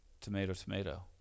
tomato-tomato